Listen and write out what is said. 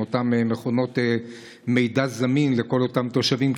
עם אותן מכונות מידע זמין לכל אותם תושבים.